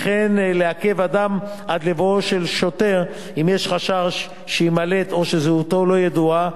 וכן לעכב אדם עד לבואו של שוטר אם יש חשש שיימלט או שזהותו לא ידועה,